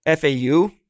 FAU